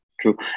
True